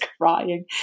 crying